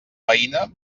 veïna